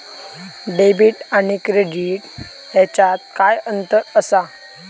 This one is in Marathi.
डेबिट आणि क्रेडिट ह्याच्यात काय अंतर असा?